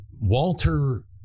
Walter